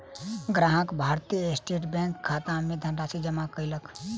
ग्राहक भारतीय स्टेट बैंकक खाता मे धनराशि जमा कयलक